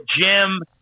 Jim